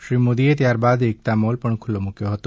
શ્રી મોદી એ ત્યાર બાદ એકતા મોલ પણ ખુલ્લો મૂક્વો હતો